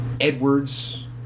edward's